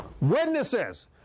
witnesses